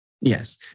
Yes